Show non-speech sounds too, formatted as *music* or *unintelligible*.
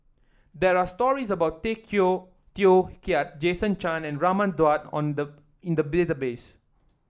there are stories about Tay *unintelligible* Teow Kiat Jason Chan and Raman Daud on the in the database